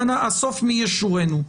והסוף מי ישורנו.